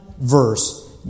verse